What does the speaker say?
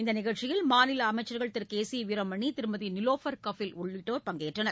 இந்த நிகழ்ச்சியில் மாநில அமைச்சர்கள் திரு கே சி வீரமணி திருமதி நிலோஃபர் கபில் உள்ளிட்டோர் பங்கேற்றனர்